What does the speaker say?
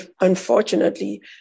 unfortunately